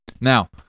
Now